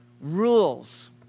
rules